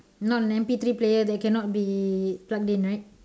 not an M_P three player that cannot be plugged in right